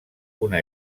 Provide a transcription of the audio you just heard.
una